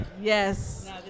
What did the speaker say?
yes